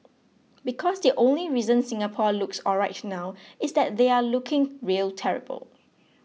because the only reason Singapore looks alright now is that they are looking real terrible